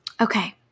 Okay